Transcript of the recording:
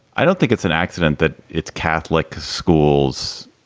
i don't think it's an accident that it's catholic schools.